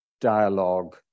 dialogue